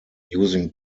using